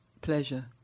pleasure